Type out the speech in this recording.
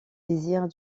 désirs